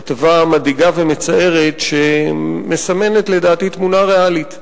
כתבה מדאיגה ומצערת שמסמנת, לדעתי, תמונה ריאלית.